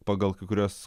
pagal kai kurias